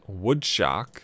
Woodshock